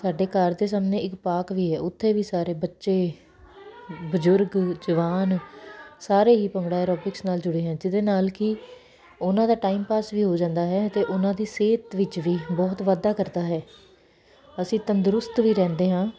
ਸਾਡੇ ਘਰ ਦੇ ਸਾਹਮਣੇ ਇਕ ਪਾਕ ਵੀ ਹੈ ਉੱਥੇ ਵੀ ਸਾਰੇ ਬੱਚੇ ਬਜ਼ੁਰਗ ਜਵਾਨ ਸਾਰੇ ਹੀ ਭੰਗੜਾ ਐਰੋਬਿਕਸ ਨਾਲ ਜੁੜੇ ਆ ਜਿਹਦੇ ਨਾਲ ਕਿ ਉਹਨਾਂ ਦਾ ਟਾਈਮ ਪਾਸ ਵੀ ਹੋ ਜਾਂਦਾ ਹੈ ਅਤੇ ਉਹਨਾਂ ਦੀ ਸਿਹਤ ਵਿੱਚ ਵੀ ਬਹੁਤ ਵਾਧਾ ਕਰਦਾ ਹੈ ਅਸੀਂ ਤੰਦਰੁਸਤ ਵੀ ਰਹਿੰਦੇ ਹਾਂ